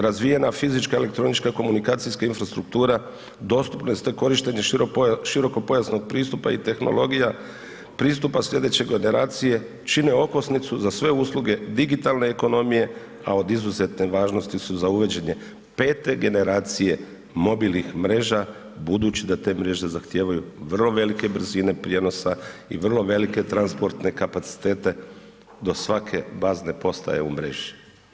Razvijen fizička i elektronička komunikacijska infrastruktura, dostupnost te korištenje širokopojasnog pristupa i tehnologija, pristupa sljedeće generacije čine okosnicu za sve usluge digitalne ekonomije, a od izuzetne važnosti su za uvođenje pete generacije mobilnih mreža, budući da te mreže zahtijevaju vrlo velike brzine prijenosa i vrlo velike transportne kapacitete do svake bazne postaje u mreži.